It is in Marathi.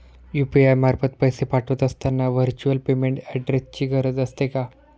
यु.पी.आय मार्फत पैसे पाठवत असताना व्हर्च्युअल पेमेंट ऍड्रेसची गरज असते का?